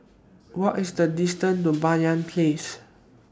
What IS The distance to Banyan Place